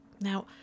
Now